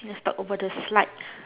let's talk about the slides